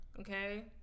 Okay